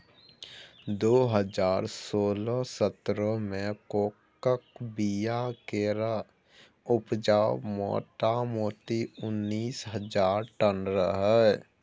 दु हजार सोलह सतरह मे कोकोक बीया केर उपजा मोटामोटी उन्नैस हजार टन रहय